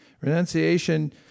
Renunciation